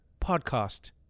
Podcast